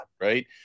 Right